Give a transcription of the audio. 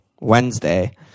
Wednesday